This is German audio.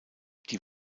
die